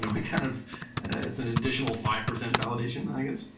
and we kind of it's an additional five percent validation i guess.